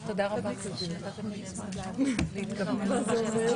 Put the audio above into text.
הבקשה פה אחד בקשת סיעת תקווה חדשה-אחדות